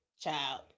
child